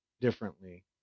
differently